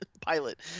pilot